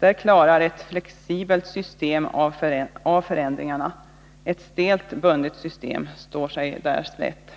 Här klarar ett flexibelt system av förändringar, medan ett stelt, bundet system står sig slätt.